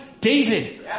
David